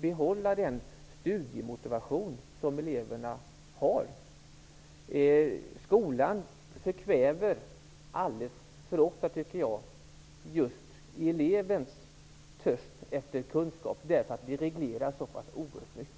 behålla den studiemotivation som eleverna har. Skolan förkväver alldeles för ofta elevens törst efter kunskap genom att allt är så oerhört reglerat.